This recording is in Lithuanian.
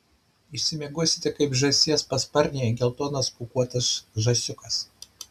išsimiegosite kaip žąsies pasparnėje geltonas pūkuotas žąsiukas